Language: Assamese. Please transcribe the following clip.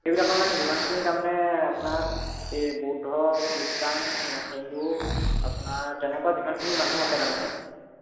সেইবিলাকত মানে যিমানখিনি তাৰমানে আপোনাৰ এই বৌদ্ধ খ্ৰীষ্টান হিন্দু আপোনাৰ তেনেকুৱা যিমানখিনি মানুহ আছে তাৰমানে